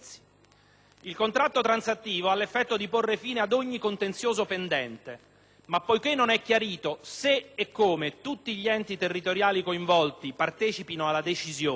Il contratto transattivo ha l'effetto di porre fine ad ogni contenzioso pendente, ma poiché non è chiarito se e come tutti gli enti territoriali coinvolti partecipino alla decisione